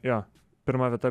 jo pirma vieta